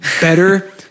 better